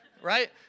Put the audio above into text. right